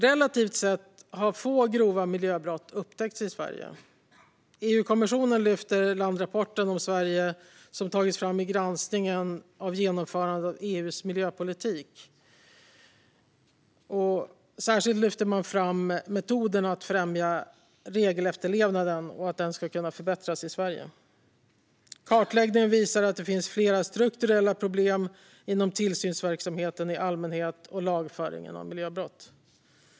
Relativt sett har få grova miljöbrott upptäckts i Sverige. EU-kommissionen lyfter i landrapporten om Sverige, som tagits fram vid granskningen av genomförandet av EU:s miljöpolitik, särskilt fram att metoderna för att främja regelefterlevnaden kan förbättras i Sverige. Kartläggningen visar att det finns flera strukturella problem inom tillsynsverksamheten i allmänhet och inom lagföringen av miljöbrott.